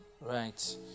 right